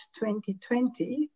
2020